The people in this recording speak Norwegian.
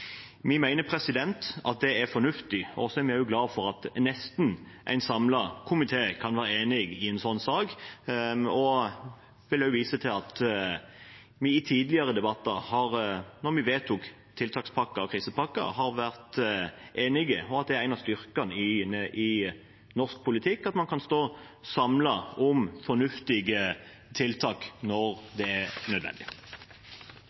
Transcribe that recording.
Vi mener at det er fornuftig, og vi er glade for at nesten en samlet komité kan være enig i en slik sak. Jeg vil vise til at vi også i tidligere debatter der vi har vedtatt tiltakspakker og krisepakker, har vært enige, og at det er en av styrkene i norsk politikk at man kan stå samlet om fornuftige tiltak